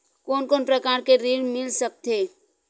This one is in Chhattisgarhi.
कोन कोन प्रकार के ऋण मिल सकथे?